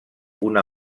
una